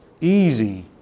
easy